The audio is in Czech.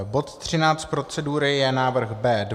Bod 13 procedury je návrh B2.